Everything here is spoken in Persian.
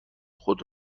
خود